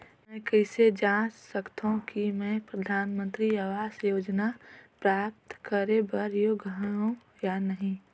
मैं कइसे जांच सकथव कि मैं परधानमंतरी आवास योजना प्राप्त करे बर योग्य हववं या नहीं?